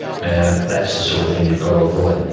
yeah that's the sort of thing you've got to avoid.